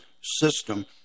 system